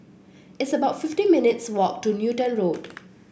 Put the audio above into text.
it's about fifty minutes' walk to Newton Road